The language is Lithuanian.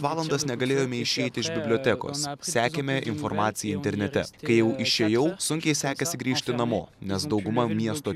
valandas negalėjome išeiti iš bibliotekos sekėme informaciją internete kai jau išėjau sunkiai sekėsi grįžti namo nes dauguma miesto